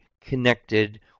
connected